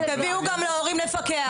תביאו גם להורים מפקח.